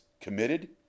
committed